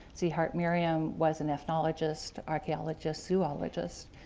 c. hart merriam was an ethnologist, archaeologist, zoologist,